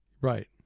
Right